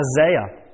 Isaiah